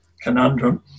conundrum